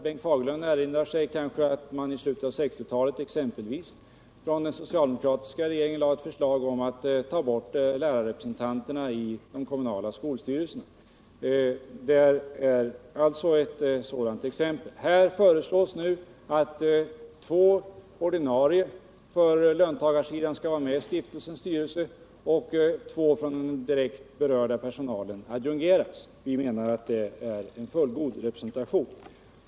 Bengt Fagerlund erinrar sig kanske exempelvis att den socialdemokratiska regeringen i slutet av 1960-talet lade fram ett förslag om att ta bort lärarrepresentanterna i de kommunala skolstyrelserna. Det är ett sådant exempel. Här föreslås nu att två ordinarie representanter från löntagarsidan skall vara med i styrelsen och två representanter för den direkt berörda per 37 sonalen skall adjungeras till styrelsen. Vi menar att det är en fullgod representation.